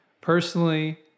personally